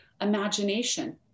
imagination